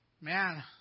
man